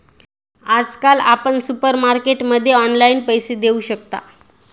आजकाल आपण सुपरमार्केटमध्ये ऑनलाईन पैसे देऊ शकता